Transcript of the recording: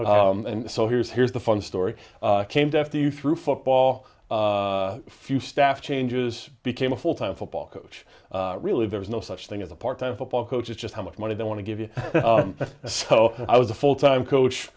so here's here's the fun story came to after you through football few staff changes became a full time football coach really there is no such thing as a part time football coaches just how much money they want to give you a so i was a full time coach